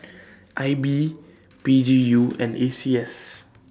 I B P G U and A C S